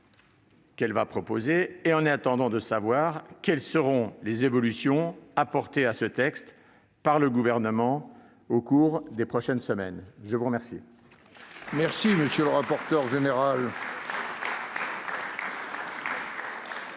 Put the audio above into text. qu'elle vous propose en attendant de savoir quelles seront les évolutions apportées à ce texte par le Gouvernement au cours des prochaines semaines. La parole